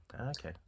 Okay